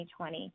2020